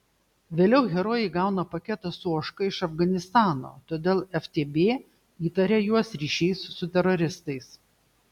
vėliau herojai gauna paketą su ožka iš afganistano todėl ftb įtaria juos ryšiais su teroristais